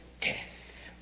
death